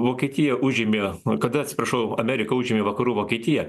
vokietija užėmė kada atsiprašau amerika užėmė vakarų vokietiją